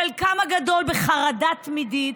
חלקם הגדול בחרדה תמידית,